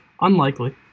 Unlikely